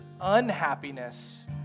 unhappiness